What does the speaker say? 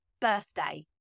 birthday